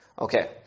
Okay